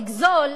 לגזול,